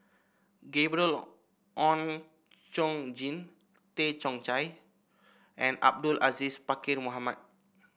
Gabriel Oon Chong Jin Tay Chong Hai and Abdul Aziz Pakkeer Mohamed